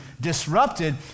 disrupted